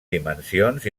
dimensions